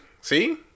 see